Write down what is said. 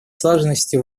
слаженности